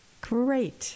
Great